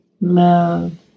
love